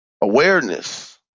awareness